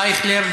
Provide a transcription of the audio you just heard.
אייכלר,